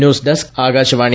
news desk Akashvani